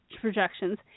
projections